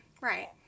Right